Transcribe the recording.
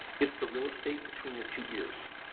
it's the real estate between your two ears.